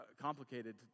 complicated